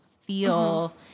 feel